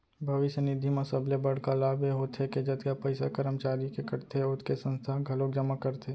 भविस्य निधि म सबले बड़का लाभ ए होथे के जतका पइसा करमचारी के कटथे ओतके संस्था ह घलोक जमा करथे